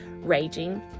raging